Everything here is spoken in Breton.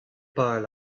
pal